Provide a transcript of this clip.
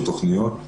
תכניות.